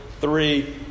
Three